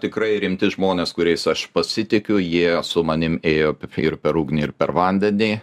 tikrai rimti žmonės kuriais aš pasitikiu jie su manim ėjo ir per ugnį ir per vandenį